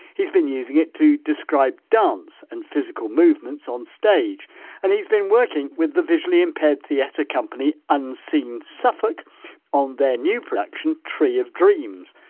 he's been using it to describe dance and physical movements on stage and he's been working with the visually impaired theatre company unseen suffolk on their new production tree of dreams,